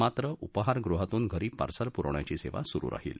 मात्र उपाहारगृहातून घरी पार्सल पुरवण्याची सेवा चालू राहील